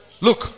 Look